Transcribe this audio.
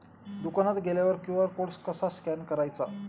दुकानात गेल्यावर QR code कसा स्कॅन करायचा?